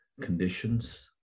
conditions